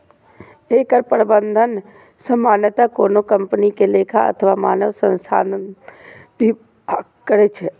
एकर प्रबंधन सामान्यतः कोनो कंपनी के लेखा अथवा मानव संसाधन विभाग करै छै